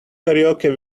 karaoke